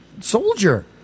soldier